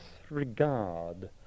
disregard